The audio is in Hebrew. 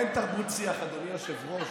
אין תרבות שיח, אדוני היושב-ראש.